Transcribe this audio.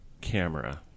camera